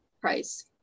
Price